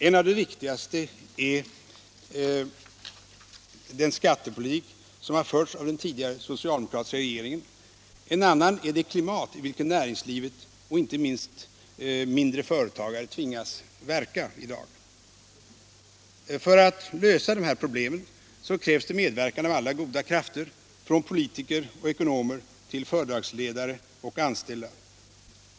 En av de viktigaste är den skattepolitik som har förts av den tidigare socialdemokratiska regeringen. En annan är det klimat i vilket näringslivet, inte minst mindre företagare, tvingas verka i dag. För att lösa dessa problem krävs det medverkan av alla goda krafter, från politiker och ekonomer till företagsledare och anställda.